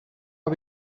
are